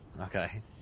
Okay